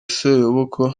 seyoboka